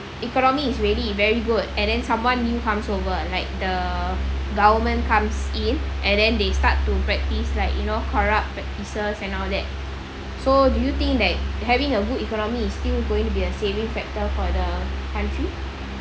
economy is really very good and then someone new comes over like the government comes in and then they start to practice like you know corrupt practices and all that so do you think that having a good economy is still going to be a saving factor for the country